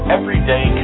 Everyday